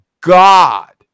god